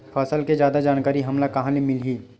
फसल के जादा जानकारी हमला कहां ले मिलही?